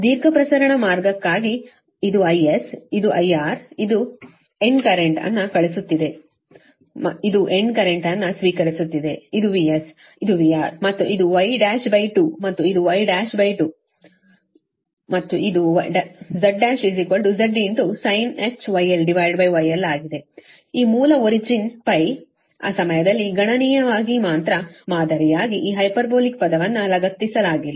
ದೀರ್ಘ ಪ್ರಸರಣ ಮಾರ್ಗಕ್ಕಾಗಿ ಇದು IS ಇದು IR ಇದು ಎಂಡ್ ಕರೆಂಟ್ ಅನ್ನು ಕಳುಹಿಸುತ್ತಿದೆ ಇದು ಎಂಡ್ ಕರೆಂಟ್ ಅನ್ನು ಸ್ವೀಕರಿಸುತ್ತಿದೆ ಇದು VS ಇದು VR ಮತ್ತು ಇದು Y12 ಮತ್ತು ಇದು Y12 ಮತ್ತು ಇದು Z1 Z sinh γl γl ಆಗಿದೆ ಈ ಮೂಲ ಒರಿಜಿನ್ π ಆ ಸಮಯದಲ್ಲಿ ಗಣನೀಯವಾಗಿ ಮಾತ್ರ ಮಾದರಿಯಾಗಿಈ ಹೈಪರ್ಬೋಲಿಕ್ ಪದವನ್ನು ಲಗತ್ತಿಸಲಾಗಿಲ್ಲ